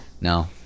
No